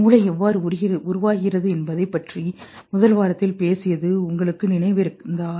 மூளை எவ்வாறு உருவாகிறது என்பதைப் பற்றி முதல் வாரத்தில் பேசியது உங்களுக்கு நினைவிருந்தால்